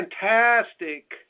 fantastic